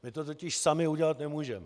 My to totiž sami udělat nemůžeme.